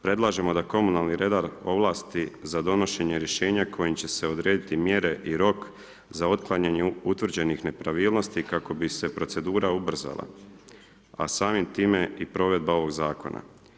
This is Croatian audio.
Predlažemo da komunalni redar ovlasti za donošenje rješenja kojim će se odrediti mjere i rok za otklanjanje utvrđenih nepravilnosti kako bi se procedura ubrzala, a samim time i provedba ovog Zakona.